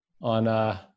On